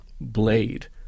blade